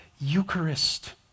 Eucharist